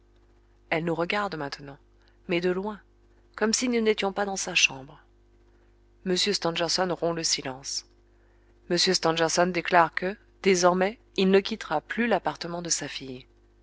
elle nous regarde maintenant oui mais de loin comme si nous n'étions pas dans sa chambre m stangerson rompt le silence m stangerson déclare que désormais il ne quittera plus l'appartement de sa fille